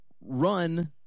run